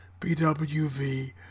BWV